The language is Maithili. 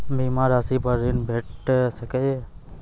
बीमा रासि पर ॠण भेट सकै ये?